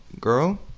girl